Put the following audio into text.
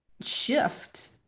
shift